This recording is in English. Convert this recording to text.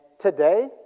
today